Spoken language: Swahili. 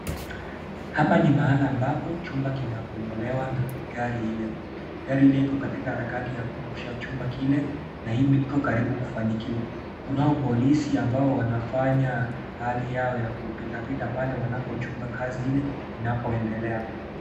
Hapa ni mahala ambapo chumba kinabomolewa na gari ile. Gari ile iko katika harakati ya kuangusha chumba kile na iko karibu kufanikiwa. Kunao polisi ambao wanafanya hali yao ya kupitapita pale wanapochunga kazi ile, inapoendelea.